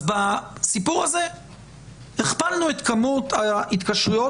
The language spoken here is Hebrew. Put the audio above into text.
אז בסיפור הזה הכפלנו את כמות ההתקשרויות